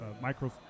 micro